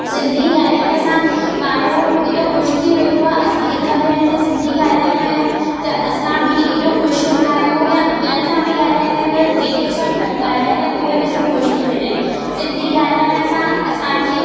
सिंधी ॻाल्हाइण सां माण्हू एॾो ख़ुशि थी वेंदो आहे असां हिक बिन्हीनि जा सिंधी ॻाल्हाईंदा आहियूं त असां बि एॾो ख़ुशि हूंदा आहियूं या ॿियनि सां बि ॻाल्हाईंदा आहियूं जेके असां न ॻाल्हाईंदा उहे बि सभु ख़ुशि थी वेंदा आहिनि सिंधी ॻाल्हाइण सां असांजी